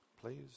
please